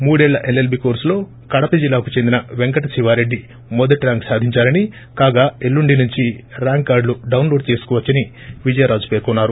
మూడేళ్ల ఎల్ఎల్బి కోర్సులో కడప జిల్లా చెందిన వెంకట శివారెడ్డి మొదటి ర్యాంకు సాధించారని కాగా ఎల్లుండి నుంచి ర్యాంక్ కార్డులు డొన్లోడ్ చేసుకోవచ్చని విజయరాజు పేర్కొన్నారు